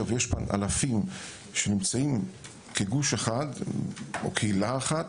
ויש אלפים שנמצאים כגוש אחד או קהילה אחת